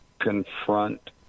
confront –